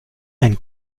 ein